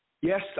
Yes